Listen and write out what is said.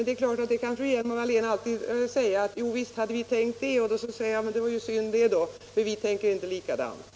Det är klart att fru Hjelm-Wallén alltid kan säga: Jo, visst hade vi tänkt det. Då svarar jag: Men det var ju synd, för vi tänker inte likadant!